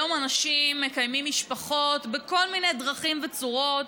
היום אנשים מקיימים משפחות בכל מיני דרכים וצורות,